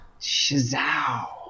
Shazow